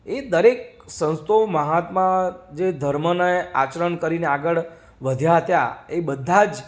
એ દરેક સંતો મહાત્માઓ જે ધર્મને આચરણ કરીને આગળ વધ્યા તા એ બધા જ